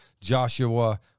joshua